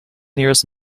nearest